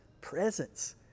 presence